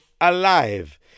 alive